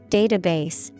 database